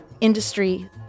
Industry